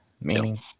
meaning